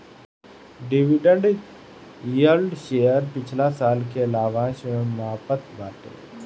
dividend yield share पिछला साल के लाभांश के मापत बाटे